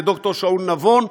לד"ר שאול נבון,